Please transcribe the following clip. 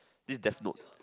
this death note